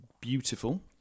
beautiful